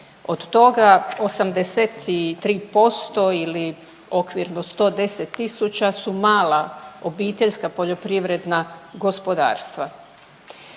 od toga 83% ili okvirno 110 tisuća su mala obiteljska poljoprivredna gospodarstva.